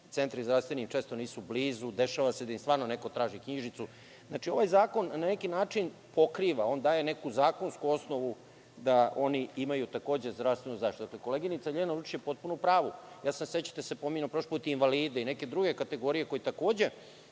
gde im zdravstveni centri često nisu blizu, dešava se da im stvarno neko traži knjižicu, itd. Znači, ovaj zakon na neki način pokriva, daje zakonsku osnovu da oni imaju takođe zdravstvenu zaštitu. Ali, koleginica Ljiljana Lučić je potpuno u pravu. Ja sam, sećate se, prošli put pominjao invalide i neke druge kategorije koji bi takođe